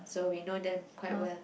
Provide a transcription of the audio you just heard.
so we know them quite well